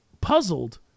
puzzled